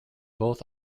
both